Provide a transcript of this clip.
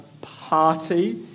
party